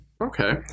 Okay